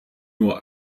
nur